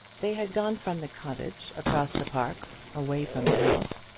they had gone from the cottage, across the park, away from the house,